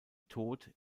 tod